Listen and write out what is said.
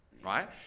right